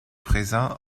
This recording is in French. présents